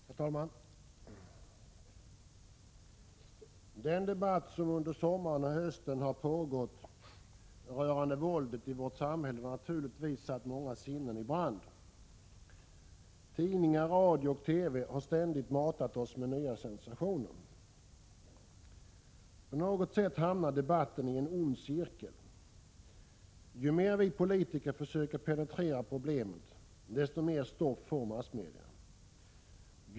Herr talman! Den debatt som under sommaren och hösten har pågått rörande våldet i vårt samhälle har naturligtvis satt många sinnen i brand. Tidningar, radio och TV har ständigt matat oss med nya sensationer. På något sätt hamnar debatten i en ond cirkel. Ju mer vi politiker försöker penetrera problemet, desto mer stoff får massmedia.